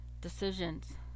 Decisions